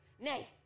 Nay